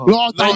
Lord